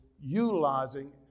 utilizing